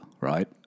right